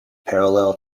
parallel